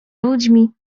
ludźmi